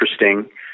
interesting